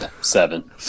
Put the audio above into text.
Seven